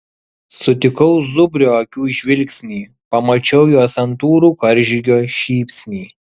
sutikau zubrio akių žvilgsnį pamačiau jo santūrų karžygio šypsnį